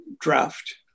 draft